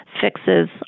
fixes